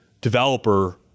developer